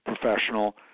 professional